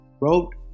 wrote